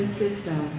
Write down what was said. system